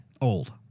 old